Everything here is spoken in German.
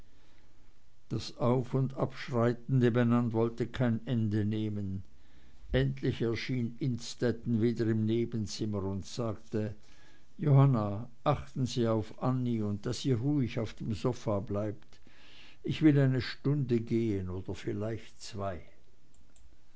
das aufundabschreiten nebenan wollte kein ende nehmen endlich erschien innstetten wieder im nebenzimmer und sagte johanna achten sie auf annie und daß sie ruhig auf dem sofa bleibt ich will eine stunde gehen oder vielleicht zwei